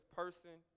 person